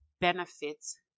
benefits